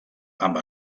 amb